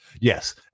yes